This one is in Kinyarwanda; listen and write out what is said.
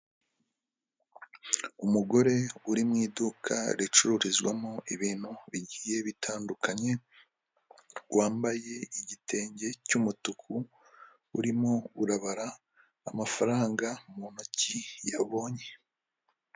Umugore uri mu iduka ricururizwamo ibintu bigiye bitandukanye, wambaye igitenge cy'umutuku urimo urabara amafaranga mu ntoki yabonye.